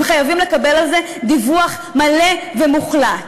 הם חייבים לקבל על זה דיווח מלא ומוחלט.